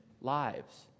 lives